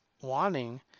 wanting